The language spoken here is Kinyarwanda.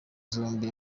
zombi